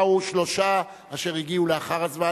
באו שלושה אשר הגיעו לאחר הזמן,